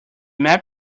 map